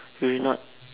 we're not